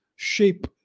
shape